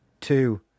two